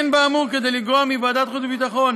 אין באמור כדי לגרוע מוועדת החוץ והביטחון